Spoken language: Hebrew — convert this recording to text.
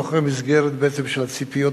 בתוך המסגרת של הציפיות,